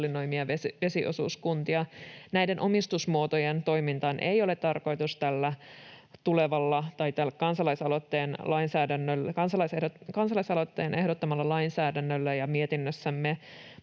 ja hallinnoimia vesiosuuskuntia. Näiden omistusmuotojen toimintaan ei ole tarkoitus tällä kansalaisaloitteen ehdottamalla lainsäädännöllä ja mietinnössämme